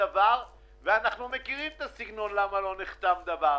אנחנו מכירים למה לא נחתם דבר.